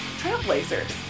trailblazers